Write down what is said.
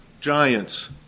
giants